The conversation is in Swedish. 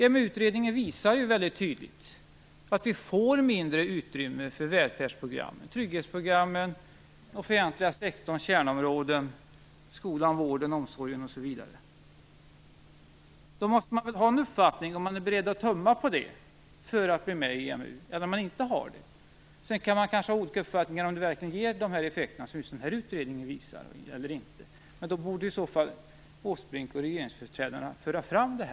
EMU utredningen visar ju tydligt att vi får mindre utrymme för välfärdsprogrammen, trygghetsprogrammen, den offentliga sektorns kärnområden skolan, vården, omsorgen osv. Då måste man väl ha en uppfattning i frågan, om man är beredd att tumma på dem för att bli med i EMU eller om man inte är det. Sedan kan man kanske ha olika uppfattningar om huruvida EMU medlemskapet verkligen ger de effekter som just den här utredningen visar, men då borde i så fall Åsbrink och regeringsföreträdarna föra fram det.